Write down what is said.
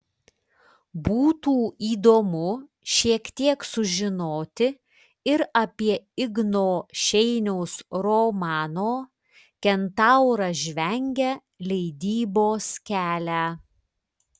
būtų įdomu šiek tiek sužinoti ir apie igno šeiniaus romano kentauras žvengia leidybos kelią